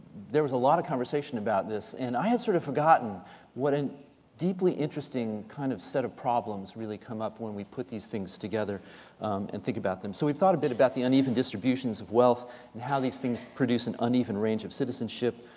there was a lot of conversation about this. and i had sort of forgotten what a deeply interesting kind of set of problems really come up when we put these things together and think about them. so we've thought a bit about the uneven distributions of wealth and how these things produce an uneven range of citizenship,